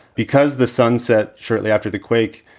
because the sunset shortly after the quake,